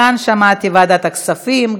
מכאן שמעתי: ועדת הכספים.